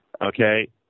okay